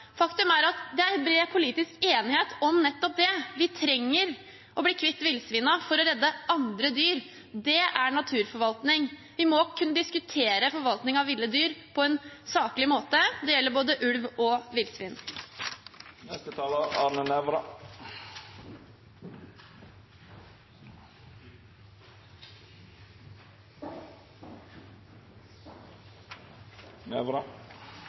Faktum er at det er bred politisk enighet om nettopp det. Vi trenger å bli kvitt villsvinene for å redde andre dyr. Det er naturforvaltning. Vi må kunne diskutere forvaltning av ville dyr på en saklig måte. Det gjelder både ulv og